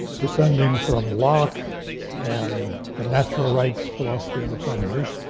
descending from locke and the natural rights philosophy of the founders,